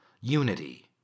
unity